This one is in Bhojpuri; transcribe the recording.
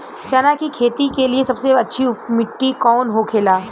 चना की खेती के लिए सबसे अच्छी मिट्टी कौन होखे ला?